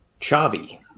Chavi